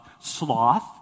sloth